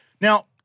Now